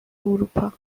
اروپا